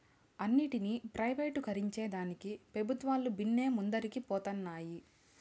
అన్నింటినీ ప్రైవేటీకరించేదానికి పెబుత్వాలు బిన్నే ముందరికి పోతన్నాయి